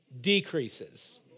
decreases